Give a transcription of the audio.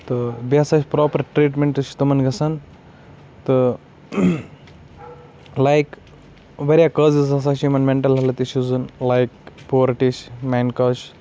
تہٕ بیٚیہِ ہسا چھُ پراپر ٹریٖٹمینٹ چھِ تِمن گژھان تہٕ لایک واریاہ کازِز ہسا چھِ یِمن مینٹل ہیٚلٕتھ اِشوٗزن لایک پُورٹی چھِ مین کاز چھُ